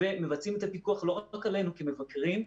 ומבצעים את הפיקוח לא רק עלינו כמבקרים,